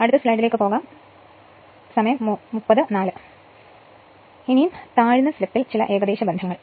അടുത്തത് താഴ്ന്ന സ്ലിപ്പിൽ ചില ഏകദേശ ബന്ധം